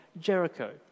Jericho